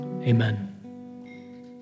Amen